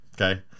okay